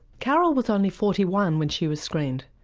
carole was only forty one when she was screened.